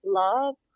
love